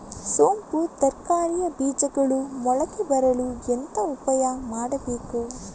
ಸೊಪ್ಪು ತರಕಾರಿಯ ಬೀಜಗಳು ಮೊಳಕೆ ಬರಲು ಎಂತ ಉಪಾಯ ಮಾಡಬೇಕು?